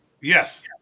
Yes